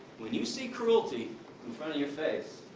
when you see cruelty in front of your face,